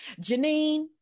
Janine